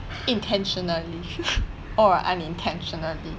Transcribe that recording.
intentionally or unintentionally